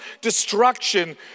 destruction